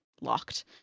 Locked